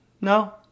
no